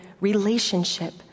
relationship